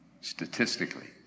statistically